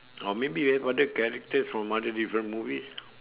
or maybe you have other characters from other different movie